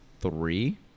three